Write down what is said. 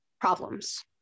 problems